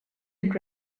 had